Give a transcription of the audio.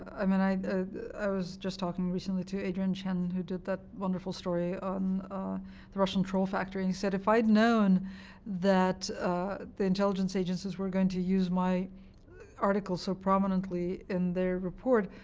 i mean i i was just talking recently to adrian chen, who did that wonderful story on the russian troll factory, and he said, if i had known that the intelligence agencies were going to use my article so prominently in their report,